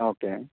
okay